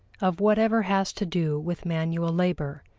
of whatever has to do with manual labor,